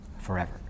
forever